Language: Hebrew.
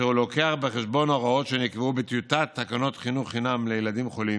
והוא מביא בחשבון הוראות שנקבעו בטיוטת תקנות חינוך חינם לילדים חולים.